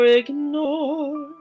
ignore